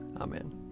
Amen